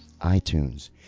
iTunes